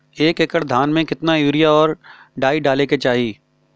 एक एकड़ धान में कितना यूरिया और डाई डाले के चाही?